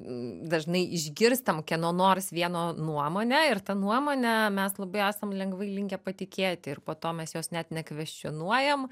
dažnai išgirstam kieno nors vieno nuomonę ir ta nuomone mes labai esam lengvai linkę patikėti ir po to mes jos net nekvestionuojam